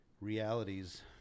realities